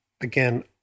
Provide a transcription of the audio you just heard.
again